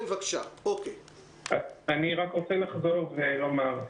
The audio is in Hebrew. אני רוצה לחזור ולומר,